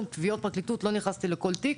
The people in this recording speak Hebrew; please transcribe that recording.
"תביעות פרקליטות" ולא נכנסתי לכול תיק